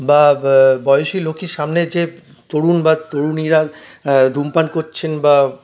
বা বয়সি লোকের সামনে যে তরুণ বা তরুণীরা ধূমপান করছেন বা